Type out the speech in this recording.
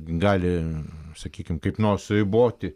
gali sakykim kaip nors riboti